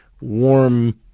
warm